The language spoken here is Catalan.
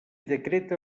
decreta